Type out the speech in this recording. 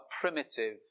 primitive